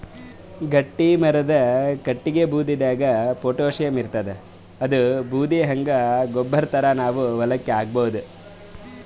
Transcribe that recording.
ಗಟ್ಟಿಮರದ್ ಕಟ್ಟಗಿ ಬೂದಿದಾಗ್ ಪೊಟ್ಯಾಷಿಯಂ ಇರ್ತಾದ್ ಅದೂ ಬೂದಿ ಹಂಗೆ ಗೊಬ್ಬರ್ ಥರಾ ನಾವ್ ಹೊಲಕ್ಕ್ ಹಾಕಬಹುದ್